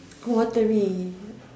watery